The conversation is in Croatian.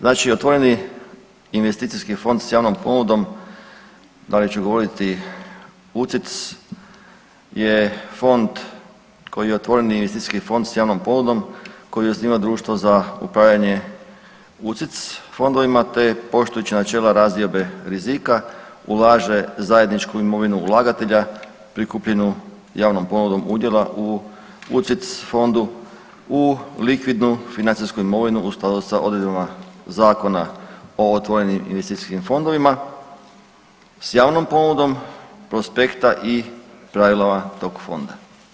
Znači otvoreni investicijski fond s javnom ponudom dalje ću govoriti UCITS je fond koji je otvoreni investicijski fond s javnom ponudom koji osniva društvo za upravljanje UCITS fondovima te poštujući načela razdiobe rizika ulaže zajedničku imovinu ulagatelja prikupljenu javnom ponudom udjela u UCITS fondu u likvidnu financijsku imovinu u skladu s odredbama Zakona o otvorenim investicijskim fondovima s javnom ponudom, prospekta i …/nerazumljivo/… tog fonda.